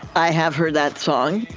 i have heard that song.